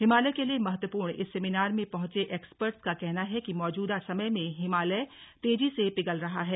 हिमालय के लिए महत्वपूर्ण इस सेमीनार में पहुंचे एक्सपर्ट का कहना है कि मौजूदा समय में हिमालय तेजी से पिघल रहे हैं